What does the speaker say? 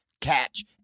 Catch